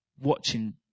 watching